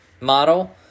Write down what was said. model